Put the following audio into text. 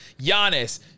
Giannis